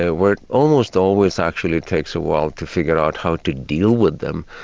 ah where it almost always actually takes a while to figure out how to deal with them,